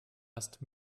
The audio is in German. erst